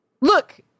Look